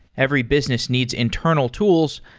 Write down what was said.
every business needs internal tools,